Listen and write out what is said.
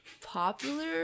popular